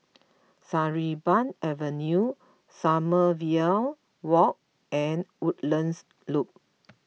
Sarimbun Avenue Sommerville Walk and Woodlands Loop